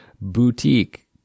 boutique